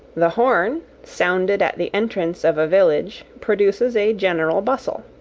the horn, sounded at the entrance of a village, produces a general bustle.